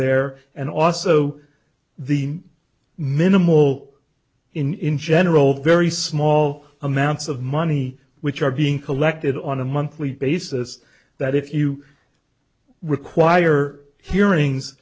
there and also the minimal in general very small amounts of money which are being collected on a monthly basis that if you require hearings